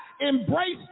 embrace